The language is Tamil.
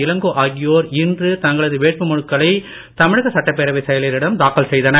இளங்கோ ஆகியோர் இன்று தங்களது வேட்புமனுக்களை தமிழக சட்டப்பேரவை செயலரிடம் தாக்கல் செய்தனர்